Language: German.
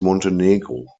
montenegro